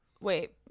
Wait